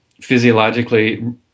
physiologically